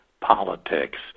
politics